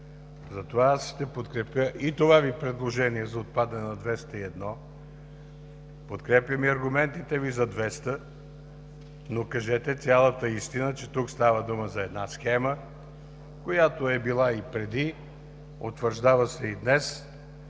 Затова ще подкрепя и предложението Ви за отпадане на чл. 201, подкрепям и аргументите Ви за чл. 200, но кажете цялата истина – че тук става дума за една схема, която е била и преди, утвърждава се и днес,